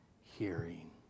hearing